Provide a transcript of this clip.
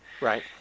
Right